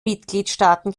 mitgliedstaaten